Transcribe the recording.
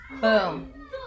Boom